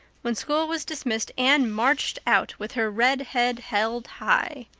when school was dismissed anne marched out with her red head held high.